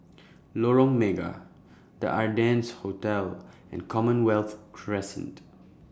Lorong Mega The Ardennes Hotel and Commonwealth Crescent